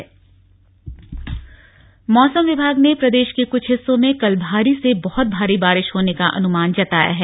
मौसम मौसम विभाग ने प्रदेश के कुछ हिस्सों में कल भारी से बहत भारी बारिश होने का अनुमान जताया है